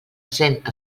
cent